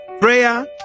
prayer